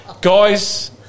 Guys